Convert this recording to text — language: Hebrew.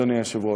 אדוני היושב-ראש.